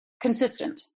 consistent